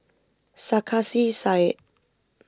Sarkasi Said